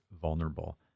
vulnerable